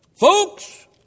Folks